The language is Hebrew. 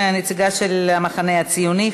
הנציגה של המחנה הציוני,